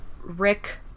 Rick